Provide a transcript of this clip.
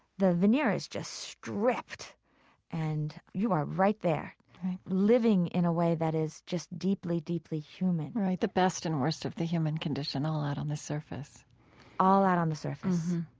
the veneer is just stripped and you are right there living in a way that is just deeply, deeply human right. the best and the worst of the human condition all out on the surface all out on the surface